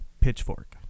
pitchfork